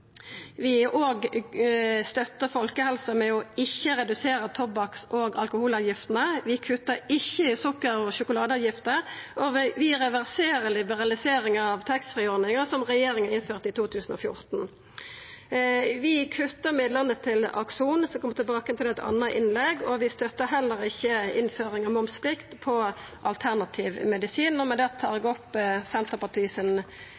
vi òg støttar folkehelsa ved ikkje å redusera tobakk- og alkoholavgiftene, vi kuttar ikkje i sukker- og sjokoladeavgifter, og vi reverserer liberaliseringa av taxfree-ordninga som regjeringa innførte i 2014. Vi kuttar midlane til Akson – eg skal koma tilbake til det i eit anna innlegg – og vi støttar heller ikkje innføring av momsplikt på alternativ medisin. Vi vil støtta det